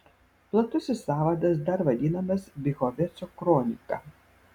platusis sąvadas dar vadinamas bychoveco kronika